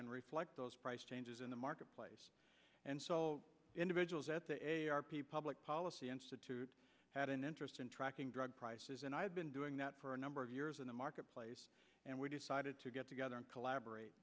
and reflect those price changes in the marketplace and individuals at the public policy institute had an interest in tracking drug prices and i've been doing that for a number of years in the marketplace and we decided to get together and collaborate